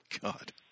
God